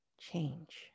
change